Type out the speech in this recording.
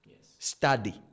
study